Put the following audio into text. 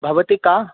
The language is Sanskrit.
भवती का